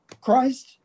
Christ